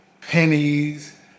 pennies